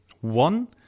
one